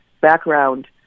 background